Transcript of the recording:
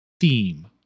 theme